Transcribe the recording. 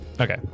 Okay